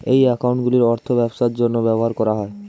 এই অ্যাকাউন্টগুলির অর্থ ব্যবসার জন্য ব্যবহার করা হয়